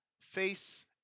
Face